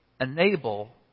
enable